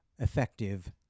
effective